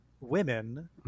women